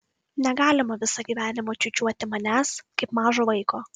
negalima visą gyvenimą čiūčiuoti manęs kaip mažo vaiko